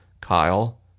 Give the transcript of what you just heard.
Kyle